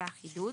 זה החידוד.